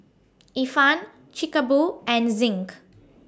Ifan Chic A Boo and Zinc